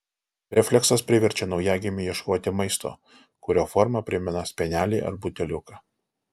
refleksas priverčia naujagimį ieškoti maisto kurio forma primena spenelį ar buteliuką